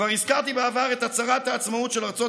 כבר הזכרתי בעבר את הצהרת העצמאות של ארצות